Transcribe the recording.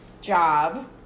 job